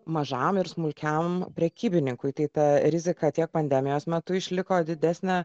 mažam ir smulkiam prekybininkui tai ta rizika tiek pandemijos metu išliko didesnė